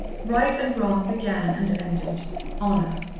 right and wrong began and ended honour.